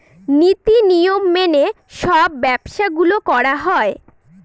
নীতি নিয়ম মেনে সব ব্যবসা গুলো করা হয়